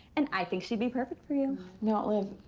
and i think she'd be perfect for you. no, liv.